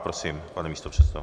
Prosím, pane místopředsedo.